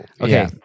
Okay